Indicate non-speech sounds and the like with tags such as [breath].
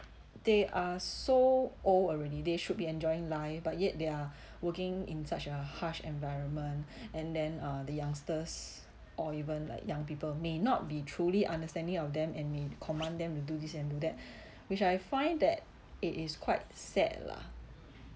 they are so old already they should be enjoying life but yet they're working in such a harsh environment and then uh the youngsters or even like young people may not be truly understanding of them and may command them to do this and do that [breath] which I find that it is quite sad lah